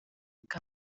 bwa